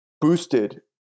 boosted